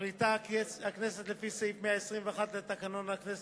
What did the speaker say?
מחליטה הכנסת, לפי סעיף 121 לתקנון הכנסת,